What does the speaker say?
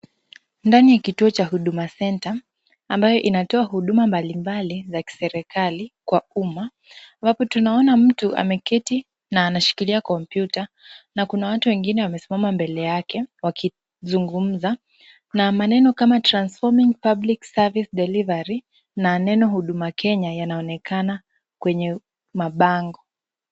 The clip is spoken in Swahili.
Ndani ya kituo cha huduma center ambayo inatoa huduma mbalimbali za kiserikali kwa umma ,iwapo tunaona mtu ameketi na anashikilia kompyuta na kuna watu wengine wamesimama mbele yake wakizungumza na maneno kama transforming public service delivery na neno huduma Kenya yanaonekana kwenye mabango.